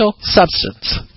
substance